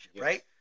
right